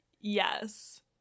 Yes